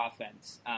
offense